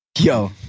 Yo